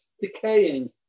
decaying